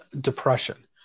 depression